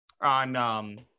on